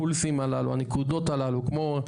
הנקודות הללו כמו,